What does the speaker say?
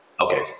Okay